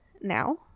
now